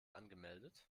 angemeldet